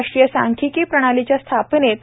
राष्ट्रीय सांख्यिकी प्रणालीच्या स्थापनेत प्रा